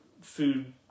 food